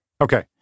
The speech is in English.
Okay